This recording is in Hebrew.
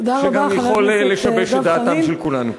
שגם יכול לשבש את דעת כולנו.